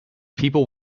people